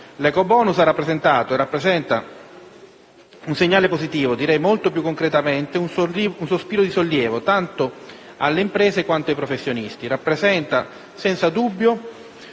L'ecobonus ha rappresentato e rappresenta un segnale positivo e - direi molto più concretamente - un sospiro di sollievo per le imprese come per i professionisti: esso rappresenta senza dubbio